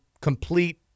complete